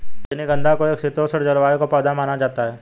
रजनीगंधा को एक शीतोष्ण जलवायु का पौधा माना जाता है